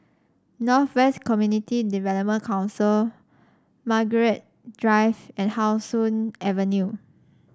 North West Community Development Council Margaret Drive and How Sun Avenue